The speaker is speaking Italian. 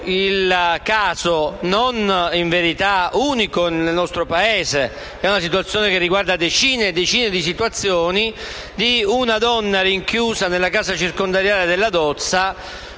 il caso, in verità non unico nel nostro Paese, dato che riguarda decine di situazioni, di una donna rinchiusa nella casa circondariale della Dozza